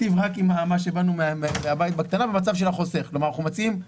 שיש 4.